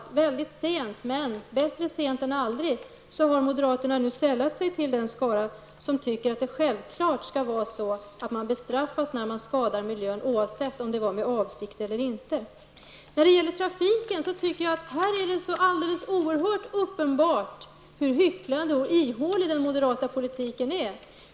Mycket sent -- men bättre sent än aldrig -- har moderaterna sällat sig till den skara som tycker att det är självklart att man bestraffas när man skadar miljön oavsett om det var med avsikt eller inte. När det gäller trafiken är det alldeles oerhört uppenbart hur hycklande och ihålig den moderata politiken är.